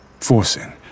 Forcing